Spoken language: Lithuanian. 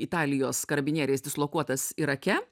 italijos karabinieriais dislokuotas irake